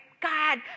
God